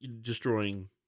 destroying